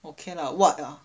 okay lah ah